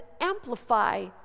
amplify